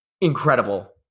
incredible